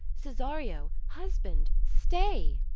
cesario, husband, stay!